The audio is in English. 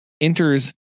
enters